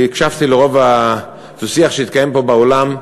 והקשבתי לרוב הדו-שיח שהתקיים פה באולם.